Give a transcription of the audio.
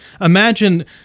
Imagine